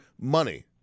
money